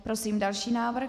Prosím další návrh.